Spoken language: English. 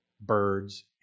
Birds